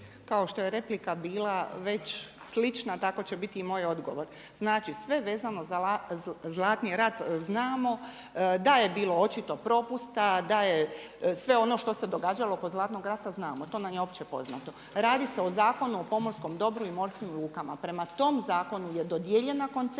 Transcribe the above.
Kao što je replika bila već slična, tako će biti i moj odgovor. Znači sve vezano za Zlatni rat znamo, da je bilo očito propusta, da je sve ono što se događalo oko Zlatnog rata znamo, to nam je opće poznato. Radi se o Zakonu o pomorskom dobru i morskim lukama. Prema tom zakonu je dodijeljena koncesija